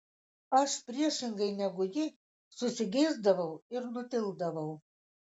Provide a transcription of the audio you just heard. aš priešingai negu ji susigėsdavau ir nutildavau